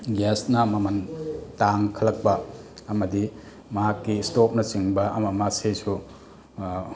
ꯒ꯭ꯌꯥꯁꯅ ꯃꯃꯟ ꯇꯥꯡꯈꯠꯂꯛꯄ ꯑꯃꯗꯤ ꯃꯍꯥꯛꯀꯤ ꯏꯁꯇꯣꯞꯅꯆꯤꯡꯕ ꯑꯃꯑꯃꯁꯤꯁꯨ